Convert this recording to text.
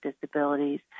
disabilities